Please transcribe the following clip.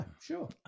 sure